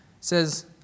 says